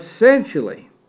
essentially